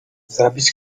zabić